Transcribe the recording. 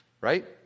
Right